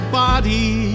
body